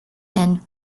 and